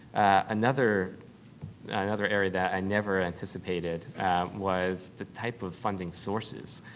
another and another area that i never anticipated was the type of funding sources.